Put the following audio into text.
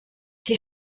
die